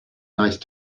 nice